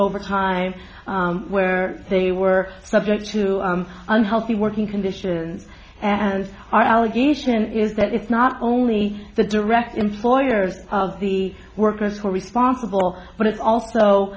overtime were they were subject to unhealthy working conditions and are allegation is that it's not only the direct employers of the workers who are responsible but it's also